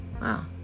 wow